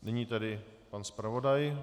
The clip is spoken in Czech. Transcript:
Nyní tedy pan zpravodaj.